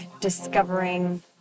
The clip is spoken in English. discovering